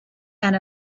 and